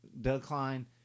decline